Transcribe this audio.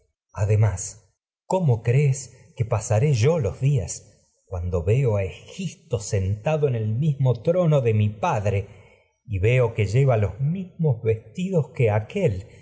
además cómo días de mi crees pasaré mismo yo los cuando veo a egisto sentado en el trono padi e y y veo que lleva los mismos vestidos libaciones y que aquél